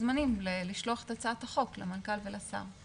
מוזמנים לשלוח את הצעת החוק למנכ"ל והשר.